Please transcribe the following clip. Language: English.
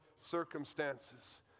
circumstances